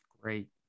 Great